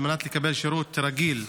על מנת לקבל שירות רגיל לאזרח.